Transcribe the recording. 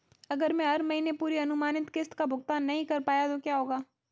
अगर मैं हर महीने पूरी अनुमानित किश्त का भुगतान नहीं कर पाता तो क्या होगा?